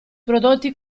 prodotti